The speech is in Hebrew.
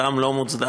הזעם לא מוצדק,